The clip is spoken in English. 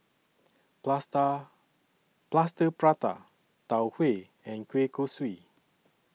Plaster Plaster Prata Tau Huay and Kueh Kosui